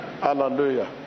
Hallelujah